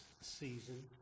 season